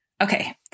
Okay